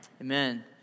Amen